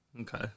Okay